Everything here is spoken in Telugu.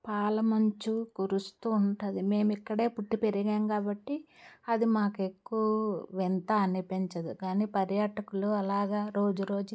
పాలమంచు కురుస్తూ ఉంటుంది మేమిక్కడే పుట్టి పెరిగాం కాబట్టి అది మాకు ఎక్కువ వింత అనిపించదు కానీ పర్యాటకులు అలాగా